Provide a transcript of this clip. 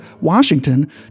Washington